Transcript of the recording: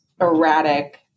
erratic